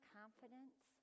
confidence